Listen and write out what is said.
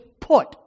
put